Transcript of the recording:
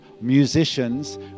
musicians